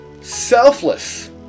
selfless